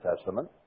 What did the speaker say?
Testament